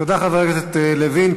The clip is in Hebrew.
תודה, חבר הכנסת לוין.